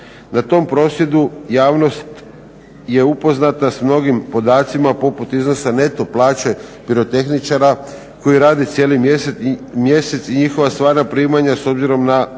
Na tom prosvjedu javnost je upoznata s mnogim podacima poput iznosa neto plaće pirotehničara koji rade cijeli mjesec i njihova stvarna primanja s obzirom na